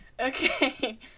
Okay